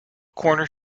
corner